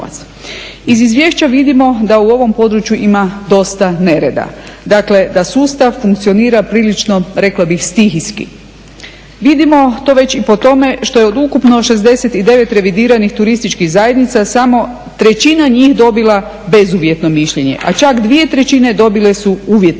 Iz izvješća vidimo da u ovom području ima dosta nereda. Dakle, da sustav funkcionira prilično, rekla bih stihijski. Vidimo to već i po tome što je od ukupno 69 revidiranih turističkih zajednica samo trećina njih dobila bezuvjetno mišljenje, a čak dvije trećine dobile su uvjetno